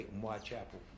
Whitechapel